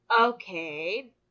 Okay